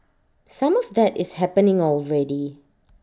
some of that is happening already